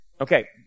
Okay